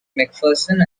mcpherson